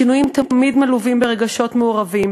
שינויים תמיד מלווים ברגשות מעורבים,